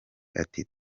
ati